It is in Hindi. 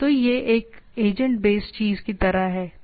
तो यह एक एजेंट बेस्ड चीज की तरह है